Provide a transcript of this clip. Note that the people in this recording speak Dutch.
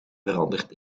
veranderd